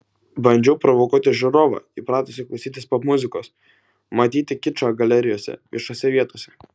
bandžiau provokuoti žiūrovą įpratusį klausytis popmuzikos matyti kičą galerijose viešose vietose